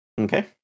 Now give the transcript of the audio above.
Okay